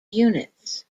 units